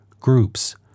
groups